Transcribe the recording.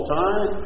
time